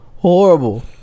Horrible